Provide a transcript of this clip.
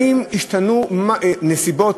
האם השתנו נסיבות?